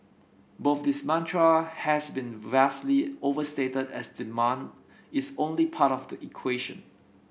both this mantra has been vastly overstated as demand is only part of the equation